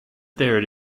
there